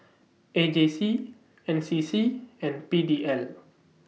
A J C N C C and P D N